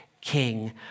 king